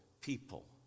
people